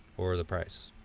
or the price.